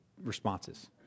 responses